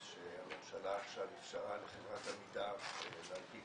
שהממשלה עכשיו אפשרה לחברת עמידר להנפיק